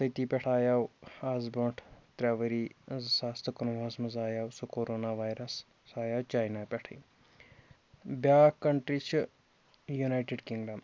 تٔتی پٮ۪ٹھ آیو آز برٛونٛٹھ ترٛےٚ ؤری زٕ ساس تہٕ کُنہٕ وُہَس منٛز آیو سُہ کورونا وایرَس سُہ آیو چَینا پٮ۪ٹھٕے بیٛاکھ کَنٹرٛی چھِ یُنایٹٕڈ کِنٛگڈَم